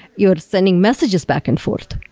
you're sending messages back and forth.